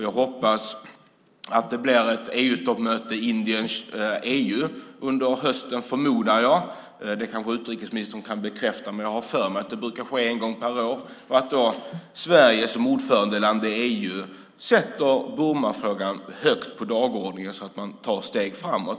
Jag hoppas att det blir ett möte Indien-EU under hösten, och det förmodar jag. Det kan utrikesministern bekräfta, men jag har för mig att det brukar ske en gång per år. Jag hoppas att Sverige som ordförandeland i EU sätter Burmafrågan högt på dagordningen så att man kan ta steg framåt.